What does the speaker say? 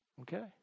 Okay